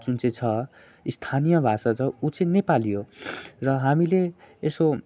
जुन चाहिँ छ स्थानीय भाषा छ ऊ चाहिँ नेपाली हो र हामीले यसो